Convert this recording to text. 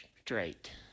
straight